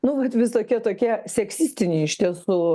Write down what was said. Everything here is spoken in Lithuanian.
nu vat visokie tokie seksistiniai iš tiesų